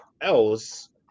else